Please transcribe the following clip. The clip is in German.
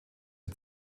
die